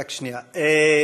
רק שנייה.